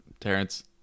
Terrence